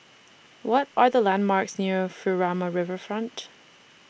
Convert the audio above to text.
What Are The landmarks near Furama Riverfront